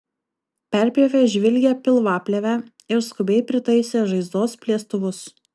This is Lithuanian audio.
perpjovė žvilgią pilvaplėvę ir skubiai pritaisė žaizdos plėstuvus